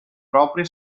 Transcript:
proprie